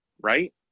right